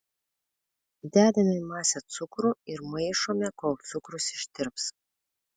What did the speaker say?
dedame į masę cukrų ir maišome kol cukrus ištirps